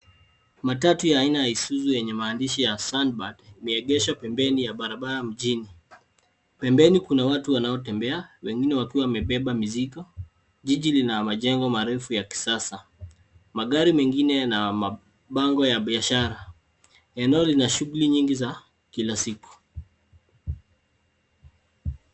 Matatu ya aina ya Isuzu yenye maandishi ya sunbird imeegeshwa pembeni ya barabara mjini. Pembeni kuna watu wanaotembea wengine wakiwa wamebeba mizigo. Jiji lina majengo marefu ya kisasa. Magari mengine yana mabango ya biashara. Eneo lina shughuli nyingi za kila siku.